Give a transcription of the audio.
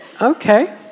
Okay